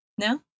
No